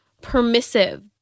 permissive